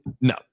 no